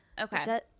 Okay